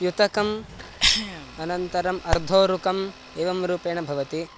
युतकम् अनन्तरम् अर्धोरुकम् एवं रूपेण भवति